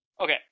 Okay